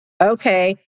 Okay